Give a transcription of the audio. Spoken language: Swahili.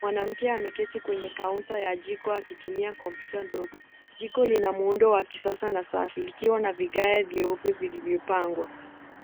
Mwanamke ame keti kwenye kaunta ya jiko akitumia kompyuta ndogo, jiko lina muundo wa kisasa na safi likiwa na vigae vyeupe vilivyo pangwa .